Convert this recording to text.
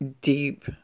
deep